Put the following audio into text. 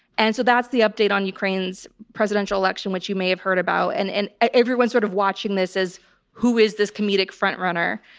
and so that's the update on ukraine's presidential election, which you may have heard about. and and everyone's sort of watching this, who is this comedic front runner.